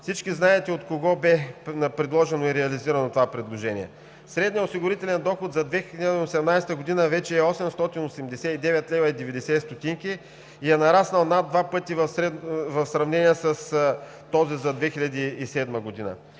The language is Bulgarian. Всички знаете от кого бе предложено и реализирано това предложение. Средният осигурителен доход за 2018 г. е вече 889,90 лв. и е нараснал над два пъти в сравнение с този за 2007 г.